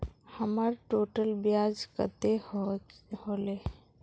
हमर टोटल ब्याज कते होले?